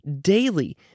Daily